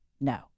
no